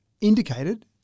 indicated